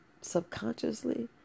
Subconsciously